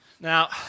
Now